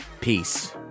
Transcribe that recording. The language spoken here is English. Peace